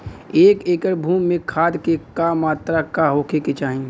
एक एकड़ भूमि में खाद के का मात्रा का होखे के चाही?